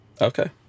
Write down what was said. okay